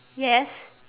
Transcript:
yes